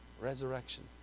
Resurrection